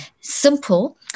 simple